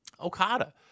Okada